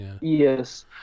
Yes